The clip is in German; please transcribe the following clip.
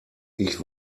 ich